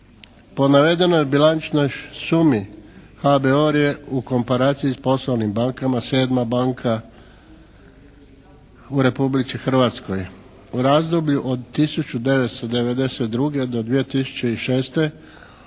Po navedenoj bilančnoj sumi HABOR je u komparaciji s poslovnim bankama 7. banka u Republici Hrvatskoj. U razdoblju od 1992. do 2006.